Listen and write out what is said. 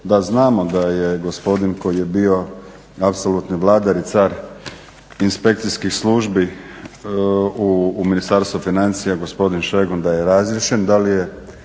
da znamo da je gospodin koji je bio apsolutni vladar i car inspekcijskih službi u Ministarstvu financija, gospodin Šegon da je razriješen,